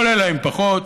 זה עולה להם פחות.